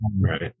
Right